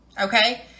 okay